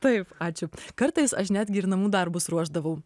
taip ačiū kartais aš netgi ir namų darbus ruošdavau